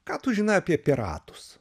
ką tu žinai apie piratus